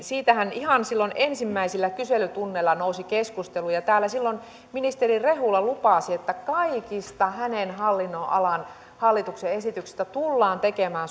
siitähän ihan silloin ensimmäisillä kyselytunneilla nousi keskustelu ja täällä silloin ministeri rehula lupasi että kaikista hänen hallinnonalansa hallituksen esityksistä tullaan tekemään